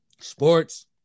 sports